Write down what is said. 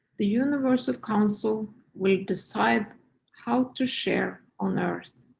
the universal council will decide how to share on earth,